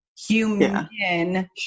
Human